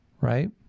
Right